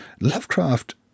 Lovecraft